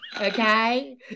Okay